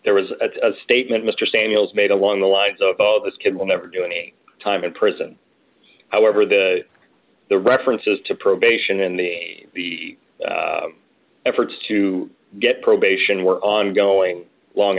there was a statement mr spaniels made along the lines of oh this kid will never do any time in prison however the the references to probation and the efforts to get probation were ongoing long